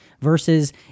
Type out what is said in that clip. versus